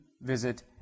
visit